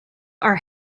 are